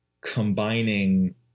combining